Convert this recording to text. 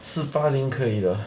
四八零可以的